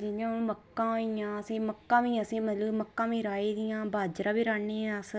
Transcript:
जि'यां हून मक्कां होई गेइयां असें ई मक्कां बी मतलब असें मक्कां बी राही दियां बाजरा बी राह्न्ने अस